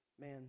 man